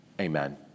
Amen